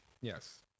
Yes